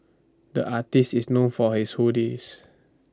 the artist is known for his